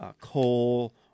coal